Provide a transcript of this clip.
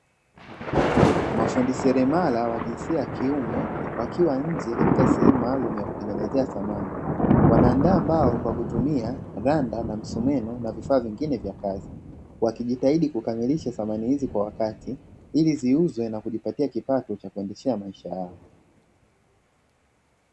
Mafundi seremala wa jinsia ya kiume wakiwa nje katika sehemu maalumu ya kutengenezea samani. Wanaandaa mbao kwa kutumia randa na msumeno na vifaa vingine vya kazi wakijitahidi kukamilisha thamani hizi kwa wakati ili ziuzwe na kijipatia kipato cha kuendeshea maisha yao.